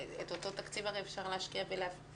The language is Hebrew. את אותו תקציב הרי אפשר להשקיע בהפעלה.